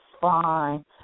fine